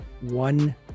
one